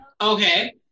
Okay